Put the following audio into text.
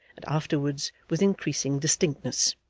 and afterwards with increasing distinctness